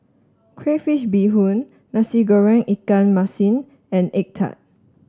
Crayfish Beehoon Nasi Goreng Ikan Masin and egg tart